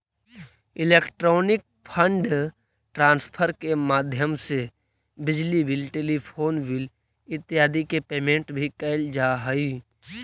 electronic fund transfer के माध्यम से बिजली बिल टेलीफोन बिल इत्यादि के पेमेंट भी कैल जा हइ